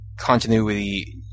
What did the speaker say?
continuity